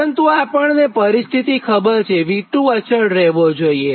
પરંતુ આપણને પરિસ્થિતિ ખબર છે V2 અચળ રહેવો જોઇએ